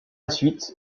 suite